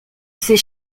ces